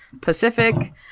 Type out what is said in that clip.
pacific